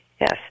Yes